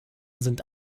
sind